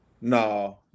No